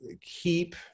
keep